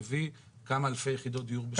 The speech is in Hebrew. שיווקה השנה כבר מעל 50,000 יחידות דיור.